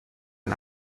ein